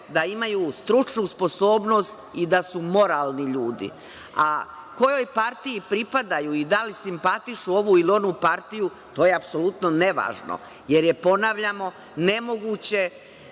da imaju stručnu sposobnost i da su moralni ljudi. A kojoj partiji pripadaju i da li simpatišu ovu ili onu partiju, to je apsolutno nevažno, jer je, ponavljamo, nemoguće